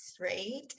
right